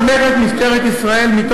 משטרת ישראל מוסמכת,